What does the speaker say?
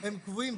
הם קבועים.